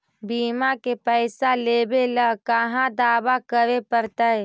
बिमा के पैसा लेबे ल कहा दावा करे पड़तै?